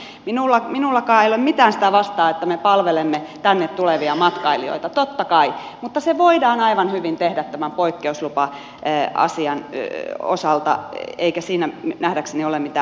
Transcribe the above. niin kuin äsken jo sanoin minullakaan ei ole mitään sitä vastaan että me palvelemme tänne tulevia matkailijoita totta kai mutta se voidaan aivan hyvin tehdä tämän poikkeuslupa asian osalta eikä siinä nähdäkseni ole mitään ongelmia